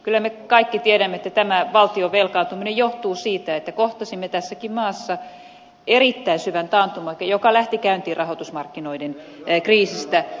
kyllä me kaikki tiedämme että tämä valtion velkaantuminen johtuu siitä että kohtasimme tässäkin maassa erittäin syvän taantuman joka lähti käyntiin rahoitusmarkkinoiden kriisistä